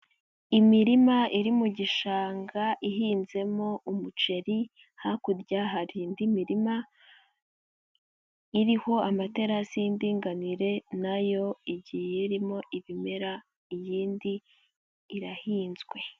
Imirima iri mu gishanga ihinzemo umuceri, hakurya hari indi mirima iriho amaterasi y'indinganire nayo igiye irimo ibimera iyindi irahinzwe.